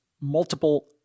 multiple